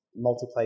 multiplayer